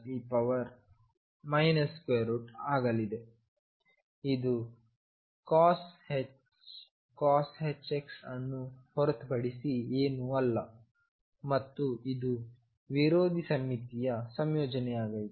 ಇದುcosh xಅನ್ನು ಹೊರತುಪಡಿಸಿ ಏನೂ ಅಲ್ಲ ಮತ್ತು ಇದು ವಿರೋಧಿ ಸಮ್ಮಿತೀಯ ಸಂಯೋಜನೆಯಾಗಲಿದೆ